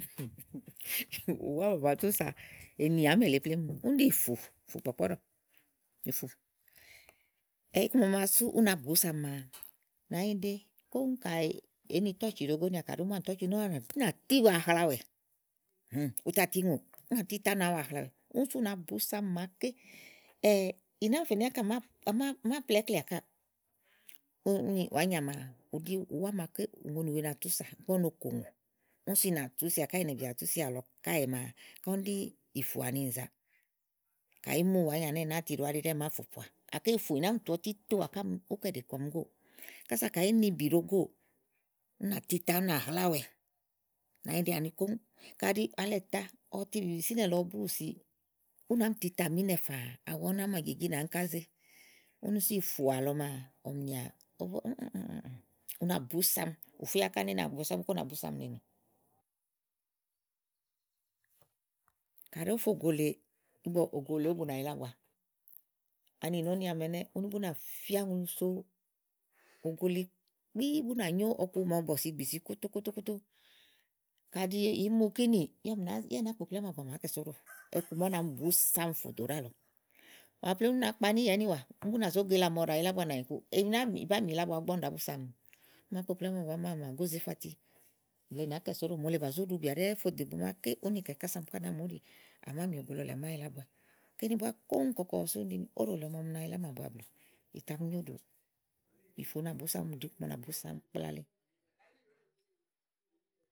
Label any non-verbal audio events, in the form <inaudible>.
<laughs> ùwá màa à ma túsà ènì àámi èle plém únɖí ìfù Ìfùkpɔ̀kpɔ̀ɖɔ̀ ìfù, iku maa sú ú bù ú sama maa nànyiɖe koŋ ka èé ni tócì ɖòo gó nìà kàɖi ùú mu ánì tócì ú nà tí wa hlaàwɛ̀. ùn sù úna bù úsami màa kéì <hesitation> nàá mì fènì ákà à mã áo plaà íkleà káà, ùni wàányà maa ù ɖi ùwá màa ké ùŋoni wèe ma tú sà ígbɔ ú no kò ùŋò ùn sú ìnàatúsìà ká ì nèe bì atùsìà àlɔ kaèe maa ká ún ɖi ìfù àni nìza kàyi ì í mu wàányo ì nàá tiɖòà áɖi ɖɛ́ɛ àmáa fòkòà gàké ìfù ì nàá mi tu ɔtí toà ni ú kɛɖì kɔm góò. Kása kãyi ìí ni ìbì ɖòo góò ú na tita ú nà hláà wɛ̀, nànyiɖe àni koŋ kàɖi alɛ tàa ɔ tu ìbi sí ìnɛ̀ lèe ɔ bu úwù si ú nàá mì tita mì ìnɛ̀ fãã awu ùni ámèjìjí nãá ká ze úni sú ìfù àlɔ maa ɔ̀m nìà <hesitation> u na bù úsam ùfíàa. Kàɖi ówó fe ògo lèe, ĺgbɔ ògo lèe ówó bu ɖãa yila á bua. Ani nɔ̀ɔ́nì àámi ɛnɛ́ ún bú nà fí aŋlu so ògo lèe kpii bù nà nyó ɔku màa lɔɔ̀ sìi gbì si kótókótó, kãɖi ìí mu kínì yá ì náavkpòkplikpli ámàbua à màákɛ̀ so óɖò <noise> ɔku maa ú na bù saówò foɖálɔ màawu plém ú nàa kpa níìyà ínìwà, bùnà zó go ila màa ɔɖàa yila ábua nanyi ku ìná, ì bà mì yila ábua ígbɔ ú ɖàá búsam? à màá kpòkpli ámàbua à màgó zè ífati mò ole bàá kɛ̀ so óɖò, mòle bà zò ɖu bìà ɖɛ́ɛ́ fò do ìgbè màa úni kɛ̀ kása ɔm ká nàáa mù úɖì àmáo mì ògo lɔ lèe à màa yila álɔua kìni búa koŋ kɔ̀ɔkɔ sú úniɖi ni óɖò lèe ɔm a ma mi yila ámàbua blù ì tà mi nyo ùɖù, Ìfù nàa bùsami, ù ɖi iku màa na bùsami kplale.